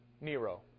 Nero